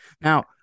Now